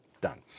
Done